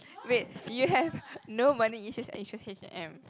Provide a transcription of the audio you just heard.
wait you have no money issues and you choose H and M